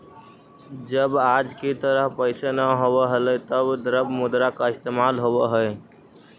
जब आज की तरह पैसे न होवअ हलइ तब द्रव्य मुद्रा का इस्तेमाल होवअ हई